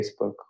Facebook